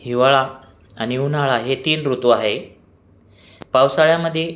हिवाळा आणि उन्हाळा हे तीन ऋतू आहे पावसाळ्यामध्ये